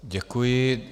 Děkuji.